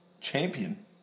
champion